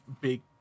big